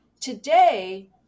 Today